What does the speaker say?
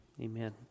Amen